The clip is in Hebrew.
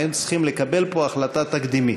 היו צריכים לקבל פה החלטה תקדימית.